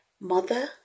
mother